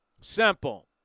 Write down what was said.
Simple